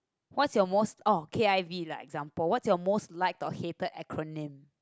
what your most oh K_I_V lah example what your most like or hated acronym